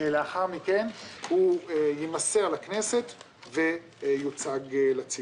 הוא יימסר לכנסת ויוצג לציבור.